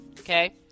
Okay